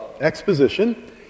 exposition